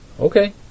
Okay